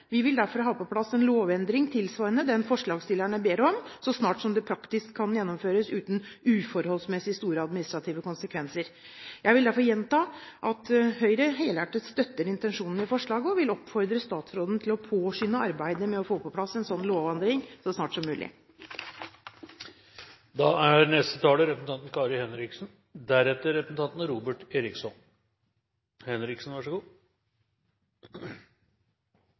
Vi vil derfor ha på plass en lovendring tilsvarende den forslagsstillerne ber om, så snart som det praktisk kan gjennomføres uten uforholdsmessig store administrative konsekvenser. Jeg vil derfor gjenta at Høyre helhjertet støtter intensjonen i forslaget, og vil oppfordre statsråden til å påskynde arbeidet med å få på plass en slik lovendring så snart som mulig.